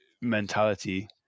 mentality